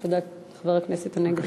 תודה, חבר הכנסת הנגבי.